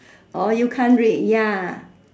or you can read ya